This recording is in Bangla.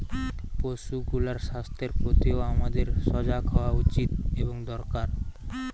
পশুগুলার স্বাস্থ্যের প্রতিও আমাদের সজাগ হওয়া উচিত এবং দরকার